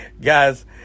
Guys